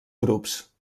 grups